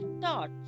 thoughts